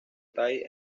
tai